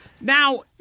Now –